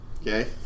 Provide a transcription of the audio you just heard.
Okay